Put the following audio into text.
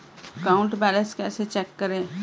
Account balance कैसे check करें?